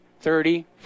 thirty